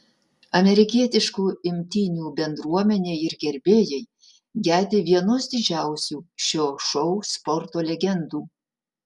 amerikietiškų imtynių bendruomenė ir gerbėjai gedi vienos didžiausių šio šou sporto legendų